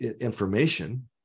information